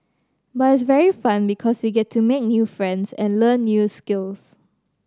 but it's very fun because we get to make new friends and learn new skills